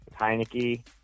Heineke